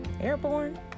airborne